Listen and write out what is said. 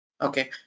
Okay